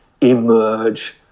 emerge